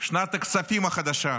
שנת הכספים החדשה.